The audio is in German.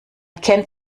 kennt